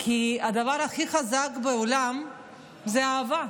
כי הדבר הכי חזק בעולם זה אהבה.